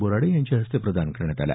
बोराडे यांच्या हस्ते प्रदान करण्यात आला